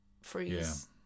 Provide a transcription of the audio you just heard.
freeze